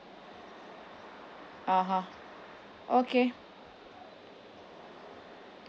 (uh huh) okay